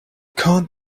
can’t